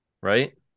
Right